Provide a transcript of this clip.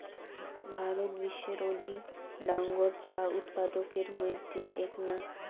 ভারত বিশ্বর অধিক ডাঙর চা উৎপাদকের মইধ্যে এ্যাকনা